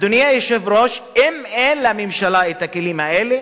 אדוני היושב-ראש, אם אין לממשלה הכלים האלה,